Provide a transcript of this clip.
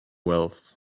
valve